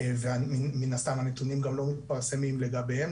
ומן הסתם הנתונים גם לא מתפרסמים לגביהם,